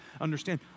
Understand